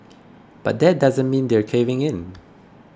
but that doesn't mean they're caving in